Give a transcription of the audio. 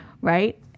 Right